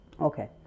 Okay